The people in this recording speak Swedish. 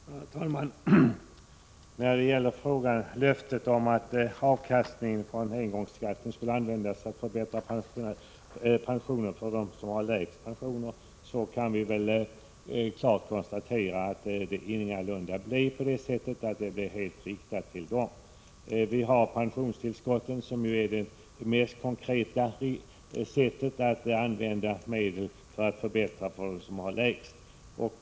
Herr talman! När det gäller löftet om att avkastningen från engångsskatten skulle användas för att förbättra pensionerna för dem som har lägst pensioner kan vi väl klart konstatera att förbättringarna ingalunda blir helt riktade till dem. Pensionstillskott är det mest konkreta sättet att använda medel för att förbättra för dem som har lägst pensioner.